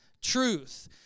truth